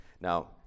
Now